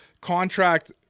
contract